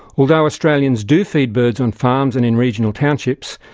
although australians do feed birds on farms and in regional townships,